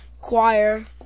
Choir